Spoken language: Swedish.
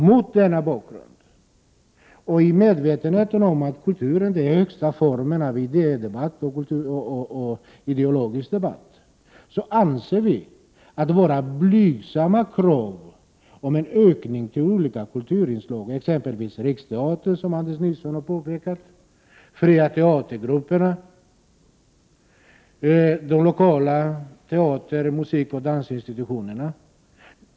Mot denna bakgrund, och i medvetenhet om att kulturen är den högsta formen av idédebatt och ideologisk debatt, anser vi att man borde kunna bifalla våra blygsamma krav om en ökning av olika kulturanslag, exempelvis till Riksteatern, som Anders Nilsson apostroferade, till de fria teatergrupperna och till de lokala teater-, musikoch dansinstitutionerna.